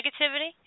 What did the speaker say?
negativity